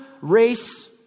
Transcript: race